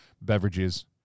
beverages